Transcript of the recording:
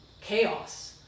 chaos